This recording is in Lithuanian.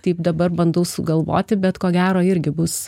taip dabar bandau sugalvoti bet ko gero irgi bus